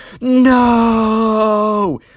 no